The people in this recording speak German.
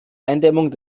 eindämmung